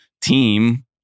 team